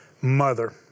mother